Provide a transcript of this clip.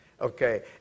Okay